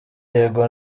yego